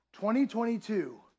2022